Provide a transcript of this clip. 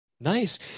Nice